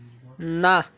নাহ